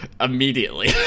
immediately